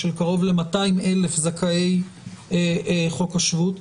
של קרוב ל-200,000 זכאי חוק השבות.